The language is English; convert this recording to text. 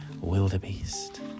wildebeest